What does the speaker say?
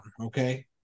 okay